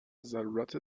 ضرورت